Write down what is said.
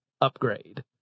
upgrade